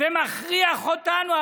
ומכריח אותנו.